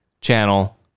channel